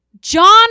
john